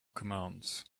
commands